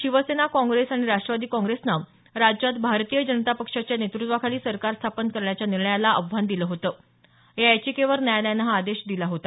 शिवसेना काँग्रेस आणि राष्ट्रवादी काँग्रेसनं राज्यात भारतीय जनता पक्षाच्या नेतृत्वाखाली सरकार स्थापन करण्याच्या निर्णयाला आव्हान दिलं होतं या याचिकेवर न्यायालयानं हा आदेश दिला होता